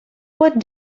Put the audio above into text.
what